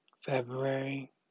February